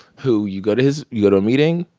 who you go to his you go to a meeting.